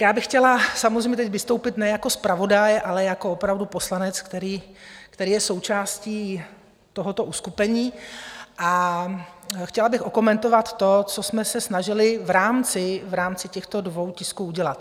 Já bych chtěla samozřejmě teď vystoupit ne jako zpravodaj, ale jako poslanec, který je součástí tohoto uskupení, a chtěla bych okomentovat to, co jsme se snažili v rámci těchto dvou tisků udělat.